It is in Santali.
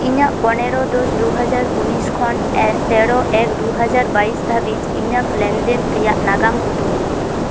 ᱤᱧᱟᱹᱜ ᱯᱚᱱᱮᱨᱚ ᱫᱚᱥ ᱫᱩᱦᱟᱡᱟᱨ ᱩᱱᱤᱥ ᱠᱷᱚᱱ ᱛᱮᱨᱚ ᱮᱠ ᱫᱩᱦᱟᱡᱟᱨ ᱵᱟᱭᱤᱥ ᱫᱷᱟᱹᱵᱤᱡ ᱤᱧᱟᱹᱜ ᱞᱮᱱᱫᱮᱱ ᱨᱮᱭᱟᱜ ᱱᱟᱜᱟᱢ ᱩᱫᱩᱜᱽᱢᱮ